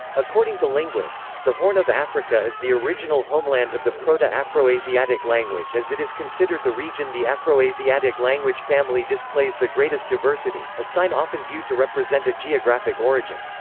according to linguists, the horn of africa is the original homeland of the proto-afroasiatic language as it is considered the region the afroasiatic language family displays the greatest diversity, a sign often viewed to represent a geographic origin.